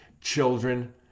children